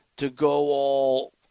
to-go-all